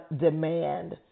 demand